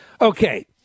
Okay